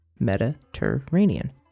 Mediterranean